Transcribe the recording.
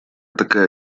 такая